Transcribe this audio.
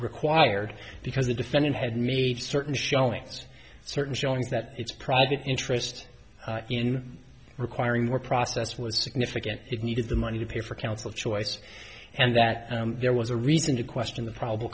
required because the defendant had made certain showings certain showing that it's private interest in requiring more process was significant it needed the money to pay for counsel choice and that there was a reason to question the probable